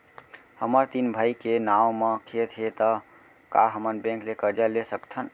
हमर तीन भाई के नाव म खेत हे त का हमन बैंक ले करजा ले सकथन?